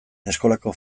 eskolako